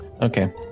Okay